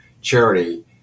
charity